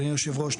אדוני היושב ראש,